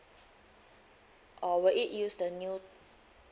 or will it use the new